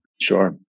Sure